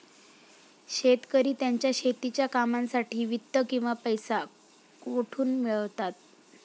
शेतकरी त्यांच्या शेतीच्या कामांसाठी वित्त किंवा पैसा कुठून मिळवतात?